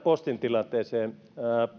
postin tilanteeseen